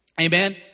Amen